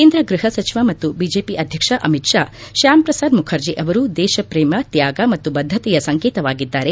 ಕೇಂದ್ರ ಗೃಹ ಸಚಿವ ಮತ್ತು ಬಿಜೆಪಿ ಅಧ್ಯಕ್ಷ ಅಮಿತ್ ಷಾ ಶ್ಹಾಮ್ ಪ್ರಸಾದ್ ಮುಖರ್ಜಿ ಅವರು ದೇಶ ಪ್ರೇಮ ತ್ಯಾಗ ಮತ್ತು ಬದ್ಧತೆಯ ಸಂಕೇತವಾಗಿದ್ದಾರೆ